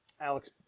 Alex